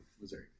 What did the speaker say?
Missouri